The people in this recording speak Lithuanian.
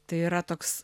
tai yra toks